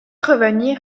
revenir